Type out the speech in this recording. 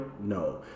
No